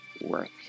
work